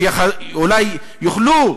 שאולי יוכלו,